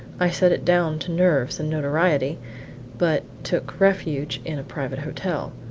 i set it down to nerves and notoriety but took refuge in a private hotel.